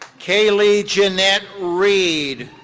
kaleigh jeanette reid.